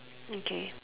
okay